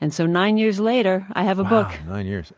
and so nine years later i have a book.